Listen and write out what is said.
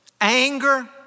anger